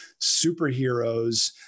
superheroes